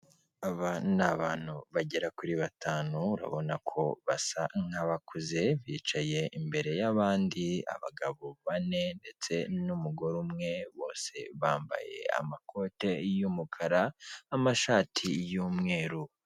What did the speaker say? Aba ni abantu bagera kuri batanu, urabona ko basa nk'abakuze bicaye imbere y'abandi, abagabo bane ndetse n'umugore umwe bose bambaye amakote y'umukara, amashati y'umweru.